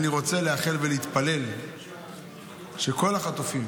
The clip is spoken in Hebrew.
אני רוצה לייחל ולהתפלל שכל החטופים